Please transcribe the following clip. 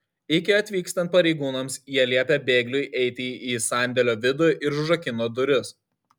iki atvykstant pareigūnams jie liepė bėgliui eiti į sandėlio vidų ir užrakino duris